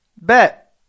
Bet